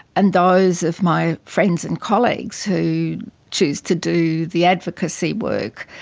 and those of my friends and colleagues who choose to do the advocacy work,